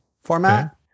format